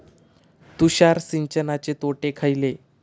तुषार सिंचनाचे तोटे खयले?